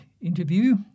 interview